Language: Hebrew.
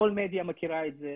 כל מדיה מכירה את זה,